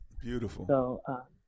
Beautiful